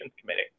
committee